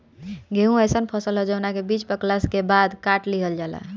गेंहू अइसन फसल ह जवना के बीज पकला के बाद काट लिहल जाला